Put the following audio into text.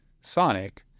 sonic